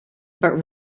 but